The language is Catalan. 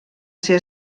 ser